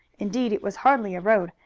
indeed, it was hardly a road,